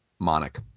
Monic